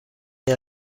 آیا